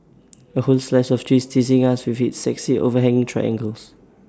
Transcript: A whole slice of cheese teasing us with its sexy overhanging triangles